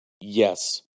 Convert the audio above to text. Yes